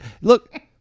look